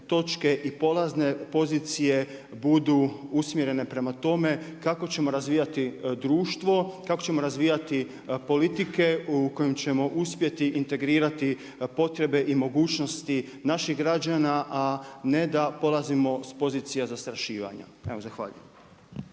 i polazne pozicije budu usmjerene prema tome kako ćemo razvijati društvo, kako ćemo razvijati politike u kojem ćemo uspjeti integrirati potrebe i mogućnosti naših građana, a ne da polazimo sa pozicija zastrašivanja. Zahvaljujem.